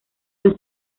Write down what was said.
los